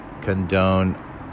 condone